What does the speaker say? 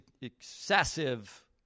excessive